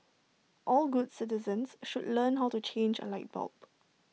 all good citizens should learn how to change A light bulb